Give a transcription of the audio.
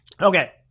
Okay